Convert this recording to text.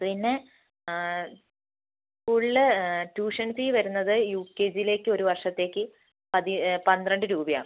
പിന്നെ സ്ക്കൂളിൽ tuition fee വരുന്നത് യു കെ ജിയിലേക്ക് ഒരു വർഷത്തേക്ക് പന്ത്രണ്ട് രൂപയാണ്